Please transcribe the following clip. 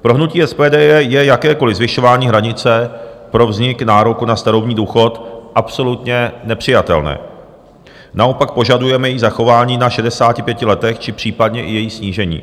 Pro hnutí SPD je jakékoliv zvyšování hranice pro vznik nároku na starobní důchod absolutně nepřijatelné, naopak požadujeme její zachování na 65 letech, či případně i její snížení.